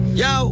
yo